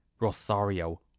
Rosario